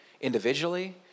individually